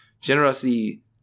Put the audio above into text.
Generosity